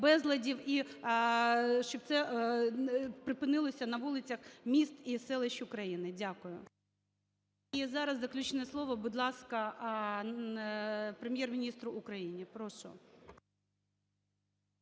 безладів, і щоб це припинилося на вулицях міст і селищ України. Дякую. І зараз заключне слово, будь ласка, Прем’єр-міністру України. Прошу.